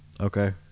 Okay